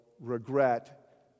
regret